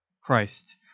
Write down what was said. Christ